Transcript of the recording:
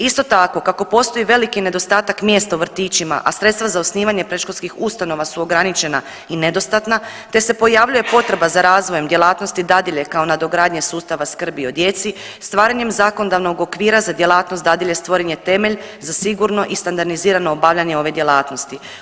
Isto tako kako postoji veliki nedostatak mjesta u vrtićima, a sredstva za osnivanje predškolskih ustanova su ograničena i nedostatna, te se pojavljuje potreba za razvojem djelatnosti dadilje kao nadogradnje sustava skrbi o djeci stvaranjem zakonodavnog okvira za djelatnost dadilje stvoren je temelj za sigurno i standardizirano obavljanje ove djelatnosti.